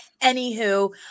Anywho